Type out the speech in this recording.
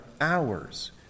hours